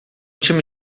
time